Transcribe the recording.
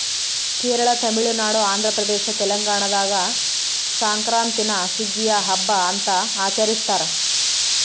ಕೇರಳ ತಮಿಳುನಾಡು ಆಂಧ್ರಪ್ರದೇಶ ತೆಲಂಗಾಣದಾಗ ಸಂಕ್ರಾಂತೀನ ಸುಗ್ಗಿಯ ಹಬ್ಬ ಅಂತ ಆಚರಿಸ್ತಾರ